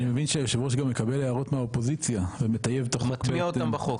אז אני מבין שהיושב ראש מקבל גם הערות מהאופוזיציה ומטמיע אותם בחוק.